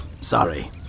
Sorry